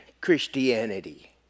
Christianity